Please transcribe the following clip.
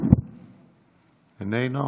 איננו,